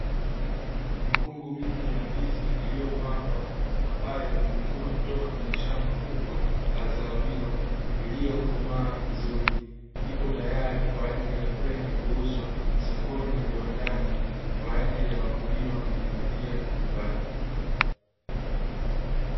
Mikungu mingi ya ndizi iliyopangwa, ambayo imevunwa kutoka kwenye shamba kubwa la zao hilo iliyokomaa vizuri; ipo tayari kwa ajili ya kwenda kuuzwa sokoni na viwandani kwa ajili ya wakulima kujipatia kipato.